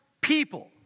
people